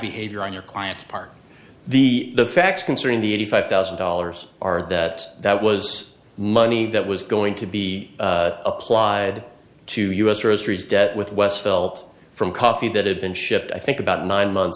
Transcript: behavior on your client's part the the facts concerning the eighty five thousand dollars are that that was money that was going to be applied to us or astri's debt with wes felt from coffee that had been shipped i think about nine months